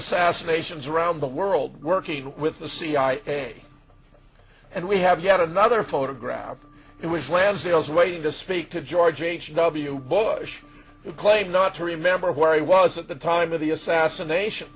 assassinations around the world working with the cia and we have yet another photograph it was lansdale's waiting to speak to george h w bush who claimed not to remember where he was at the time of the assassination